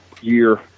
year